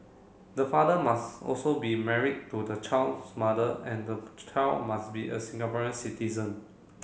the father must also be married to the child's mother and child must be a Singaporean citizen